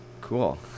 Cool